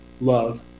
love